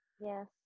Yes